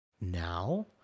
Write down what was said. now